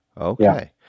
okay